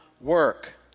work